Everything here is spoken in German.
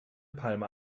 palme